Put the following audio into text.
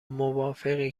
موافقی